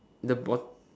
the bott~